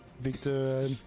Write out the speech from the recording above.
Victor